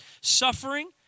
Suffering